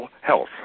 health